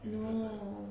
no